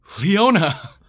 Leona